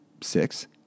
six